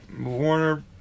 Warner